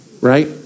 right